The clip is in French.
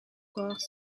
corps